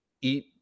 eat